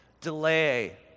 Delay